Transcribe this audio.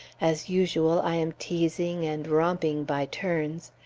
as usual, i am teasing and romping by turns.